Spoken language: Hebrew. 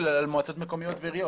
ממש לא.